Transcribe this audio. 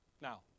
Now